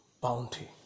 bounty